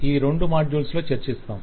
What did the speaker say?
వీటిని రెండు మాడ్యూల్స్ లో చర్చిస్తాము